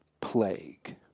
plague